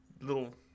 Little